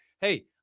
Hey